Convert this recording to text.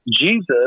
Jesus